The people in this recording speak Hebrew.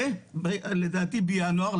ולדעתי בינואר,